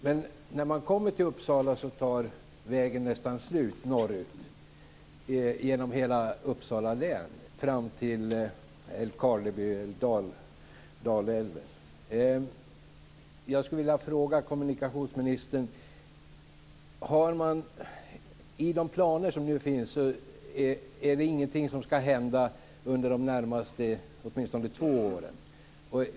Men när man kommer till Uppsala tar vägen nästan slut, norrut genom hela Uppsala län fram till Dalälven. Enligt de planer som nu finns skall ingenting hända under de närmaste två åren.